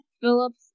Phillips